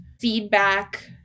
feedback